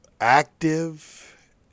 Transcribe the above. active